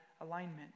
alignment